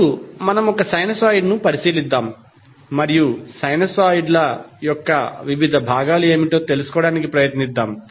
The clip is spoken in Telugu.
ఇప్పుడు మనం ఒక సైనోసాయిడ్ ను పరిశీలిద్దాం మరియు సైనోసాయిడ్ల యొక్క వివిధ భాగాలు ఏమిటో తెలుసుకోవడానికి ప్రయత్నిద్దాం